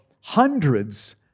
hundreds